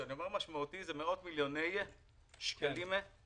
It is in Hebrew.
שאני אומר משמעותי זה אומר מאות מיליוני שקלים בשנה.